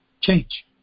Change